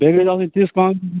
بیٚیہِ گَژھِ آسن تِژھ کانٛگر